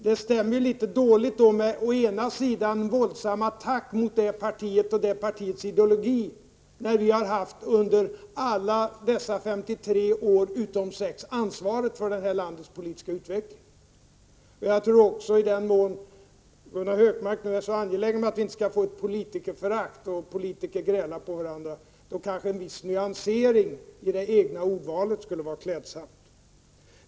Det stämmer litet dåligt med den våldsamma attacken mot vårt parti och dess ideologi, när vi under alla dessa 53 år utom 6 har haft ansvaret för detta lands politiska utveckling. I den mån Gunnar Hökmark är så angelägen om att det inte skall uppstå politikerförakt och gräl mellan politiker, kanske en viss nyansering i det egna ordvalet skulle vara klädsam.